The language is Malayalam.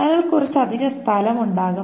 അതിനാൽ കുറച്ച് അധിക സ്ഥലം ഉണ്ടാകും